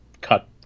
cut